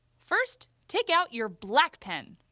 first, take out your black pen.